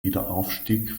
wiederaufstieg